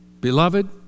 Beloved